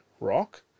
rock